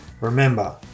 Remember